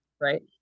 right